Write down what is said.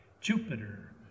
Jupiter